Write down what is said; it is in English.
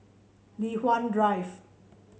Li Hwan Drive